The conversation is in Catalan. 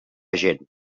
gent